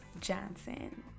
Johnson